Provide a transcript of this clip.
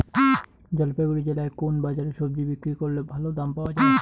জলপাইগুড়ি জেলায় কোন বাজারে সবজি বিক্রি করলে ভালো দাম পাওয়া যায়?